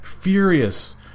furious